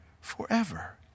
forever